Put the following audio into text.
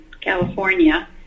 California